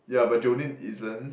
yeah but Jolene isn't